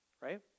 right